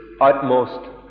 utmost